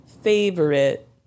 Favorite